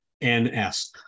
N-S